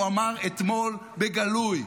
הוא אמר אתמול בגלוי: